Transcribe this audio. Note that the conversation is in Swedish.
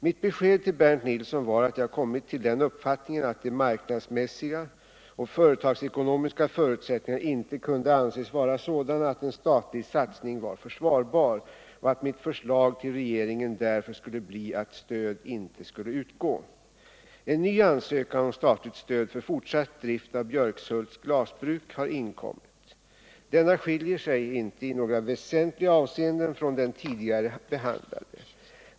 Mitt besked till Bernt Nilsson var att jag kommit till den uppfattningen att de marknadsmässiga och företagsekonomiska förutsättningarna inte kunde anses vara sådana att en statlig satsning var försvarbar och att mitt förslag till regeringen därför skulle bli att stöd inte skulle utgå. En ny ansökan om statligt stöd för fortsatt drift av Björkshults glasbruk har inkommit. Denna skiljer sig inte i några väsentliga avseenden från den tidigare behandlade.